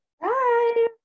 Bye